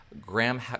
Graham